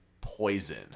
poison